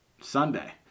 Sunday